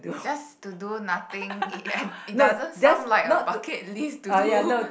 just to do nothing and it doesn't sound like a bucket list to do